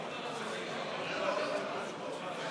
הן: